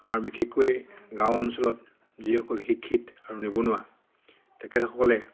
আমাৰ বিশেষকৈ গাঁও অঞ্চলত যিসকল শিক্ষিত আৰু নিবনুৱা তেখেতসকলে